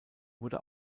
wurde